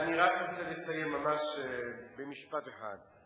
אני רק רוצה לסיים ממש במשפט אחד.